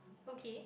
okay